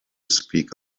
speak